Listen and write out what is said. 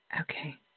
Okay